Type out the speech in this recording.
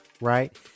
right